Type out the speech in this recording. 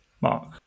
Mark